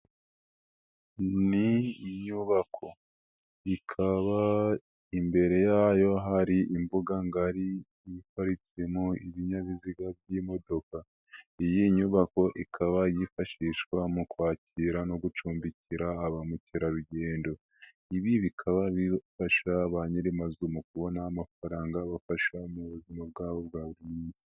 Ni inyubako ikaba imbere yayo hari imbuga ngari iparikitsemo ibinyabiziga by'imodoka, iyi nyubako ikaba yifashishwa mu kwakira no gucumbikira aba mukerarugendo, ibi bikaba bifasha ba nyirimazu mu kubona amafaranga abafasha mu buzima bwabo bwa buri munsi.